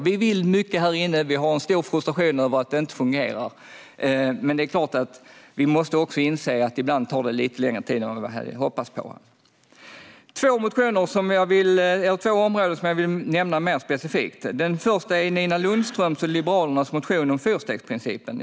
Vi vill mycket här inne, och vi har en stor frustration över att det inte fungerar. Men vi måste också inse att det ibland tar lite längre tid än vad vi hade hoppats på. Det är två områden som jag vill nämna mer specifikt. Det första är Nina Lundströms och Liberalernas motion om fyrstegsprincipen.